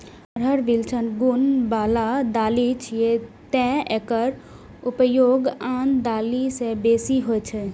अरहर विलक्षण गुण बला दालि छियै, तें एकर उपयोग आन दालि सं बेसी होइ छै